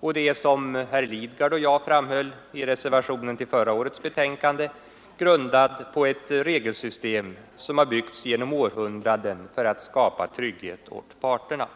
och den är, som herr Lidgard och jag framhöll i reservationen till förra årets betänkande, grundad på ett regelsystem som byggts genom århundraden för att skapa trygghet åt parterna.